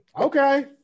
Okay